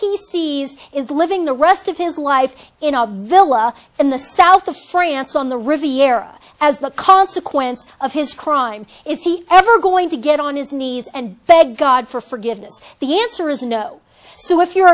he sees is living the rest of his life in our villa in the south of france on the riviera as the consequence of his crime is he ever going to get on his knees and beg god for forgiveness the answer is no so if you're